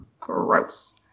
Gross